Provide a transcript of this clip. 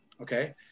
okay